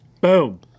Boom